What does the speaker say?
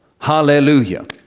Hallelujah